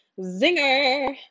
Zinger